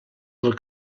del